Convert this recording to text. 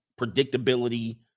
predictability